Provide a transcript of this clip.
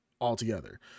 altogether